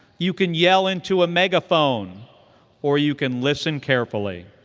you can yell into a megaphone or you can listen carefully.